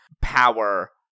power